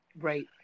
Right